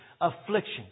affliction